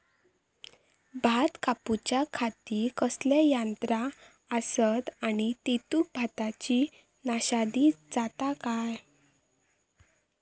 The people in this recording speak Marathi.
भात कापूच्या खाती कसले यांत्रा आसत आणि तेतुत भाताची नाशादी जाता काय?